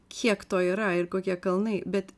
kiek to yra ir kokie kalnai bet